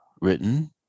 written